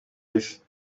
isi